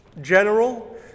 general